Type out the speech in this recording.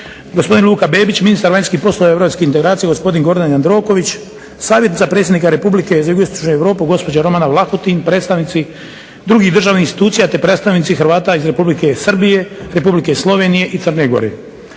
gospodin Luka Bebić, ministar vanjskih poslova i europskih integracija gospodin Gordan Jandroković, savjetnica Predsjednika Republike za jugoistočnu Europu gospođa Romana Vlahutin, predstavnici drugih državnih institucija, te predstavnici Hrvata iz Republike Srbije, Republike Slovenije i Crne Gore.